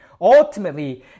ultimately